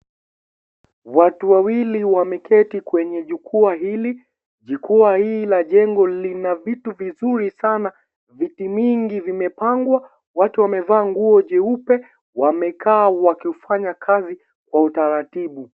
Watu wawili wameketi katika hukuwa hili hukuwa hili la jengo lina vitu vizuri sana , viti mingi zimepangwa, watu wamevaa nguo jeupe wamekaa wakifanya kazi kwa utaratibu.